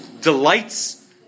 delights